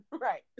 Right